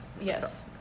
Yes